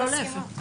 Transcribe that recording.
לא להפך.